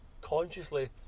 consciously